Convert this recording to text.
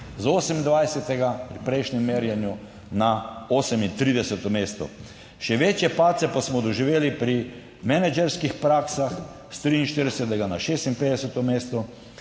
pri prejšnjem merjenju na 38. mesto. Še večje padce pa smo doživeli pri menedžerskih praksah s 43. na 56. mesto